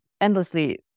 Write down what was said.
endlessly